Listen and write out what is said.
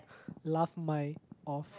laugh my off